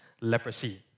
leprosy